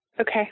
Okay